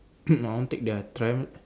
I want take their tram